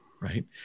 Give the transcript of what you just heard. right